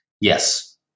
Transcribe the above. Yes